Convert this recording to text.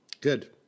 Good